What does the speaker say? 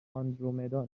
آندرومدا